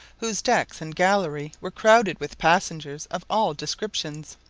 whose decks and gallery were crowded with passengers of all descriptions.